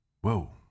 Whoa